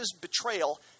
betrayal